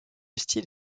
style